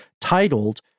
titled